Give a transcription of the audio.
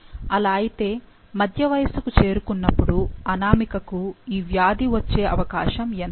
అలా అయితే మధ్య వయస్సుకు చేరుకున్నప్పుడు అనామికకు ఈ వ్యాధి వచ్చే అవకాశం ఎంత